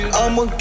I'ma